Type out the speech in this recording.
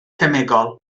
cemegol